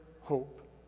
hope